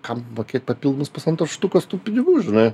kam mokėt papildomus pusantros štukos tų pinigų žinai